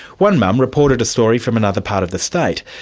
one mum reported a story from another part of the state,